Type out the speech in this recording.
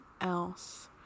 else